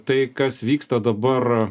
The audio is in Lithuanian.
tai kas vyksta dabar